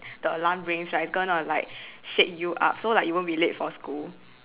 the alarm rings right it's gonna like shake you up so like you won't be late for school